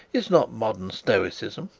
is not modern stoicism,